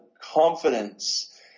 confidence